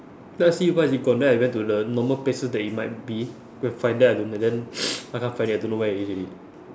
then I see why is it gone then I went to the normal places that it might be go and find then I don~ and then I can't find it I don't know where it is already